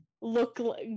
look